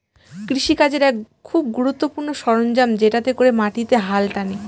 কৃষি কাজের এক খুব গুরুত্বপূর্ণ সরঞ্জাম যেটাতে করে মাটিতে হাল টানে